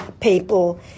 people